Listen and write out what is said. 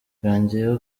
yongeyeho